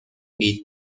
with